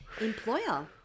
employer